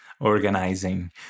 organizing